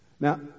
Now